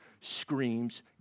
screams